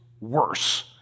worse